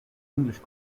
english